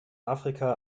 afrika